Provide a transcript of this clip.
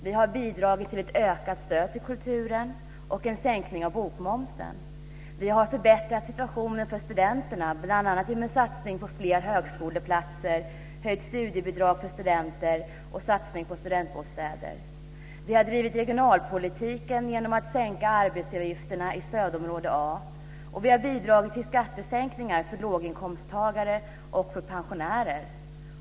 Vi har bidragit till ett ökat stöd till kulturen och till en sänkning av bokmomsen. Vi har förbättrat situationen för studenterna, bl.a. genom en satsning på fler högskoleplatser, höjt studiebidrag för studenter och en satsning på studentbostäder. Vi har drivit regionalpolitiken genom att sänka arbetsgivaravgifterna i stödområde A. Vi har bidrag till skattesänkningar för låginkomsttagare och för pensionärer.